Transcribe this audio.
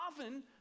Often